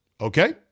Okay